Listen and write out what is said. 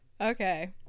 Okay